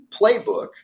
playbook